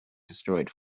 destroyed